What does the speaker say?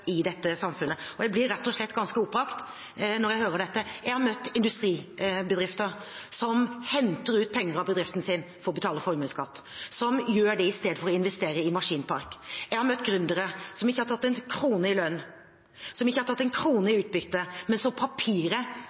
i dette samfunnet. Jeg blir rett og slett ganske oppbrakt når jeg hører dette. Jeg har møtt industribedrifter som henter ut penger av bedriften sin for å betale formuesskatt, som gjør det i stedet for å investere i maskinpark. Jeg har møtt gründere som ikke har tatt en krone i lønn, som ikke har tatt en krone i utbytte, men som på papiret